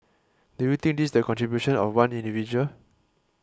do you think this is the contribution of one individual